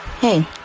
Hey